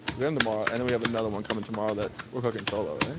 we're in tomorrow and we have another one coming tomorrow that we're cooking solo